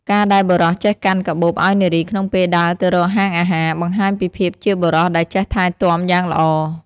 ការដែលបុរសចេះកាន់កាបូបឱ្យនារីក្នុងពេលដើរទៅរកហាងអាហារ បង្ហាញពីភាពជាបុរសដែលចេះថែទាំយ៉ាងល្អ។